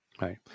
Right